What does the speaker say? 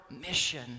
mission